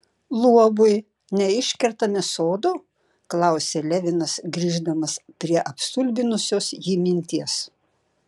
luobui neiškertame sodo klausė levinas grįždamas prie apstulbinusios jį minties